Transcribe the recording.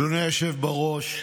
אדוני היושב בראש,